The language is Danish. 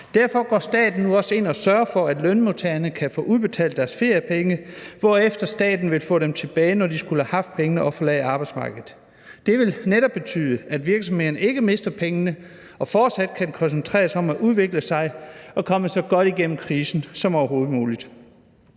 staten går altså nu ind og sørger for, at lønmodtagerne kan få deres feriepenge udbetalt nu, hvorefter staten vil få pengene tilbage, når de forlader arbejdsmarkedet. Det vil netop betyde, at virksomhederne ikke mister penge, men fortsat kan koncentrere sig om at udvikle sig og komme så godt igennem krisen som overhovedet muligt.